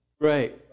Great